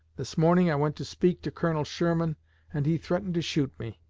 this morning i went to speak to colonel sherman and he threatened to shoot me